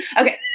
Okay